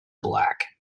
black